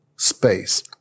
Space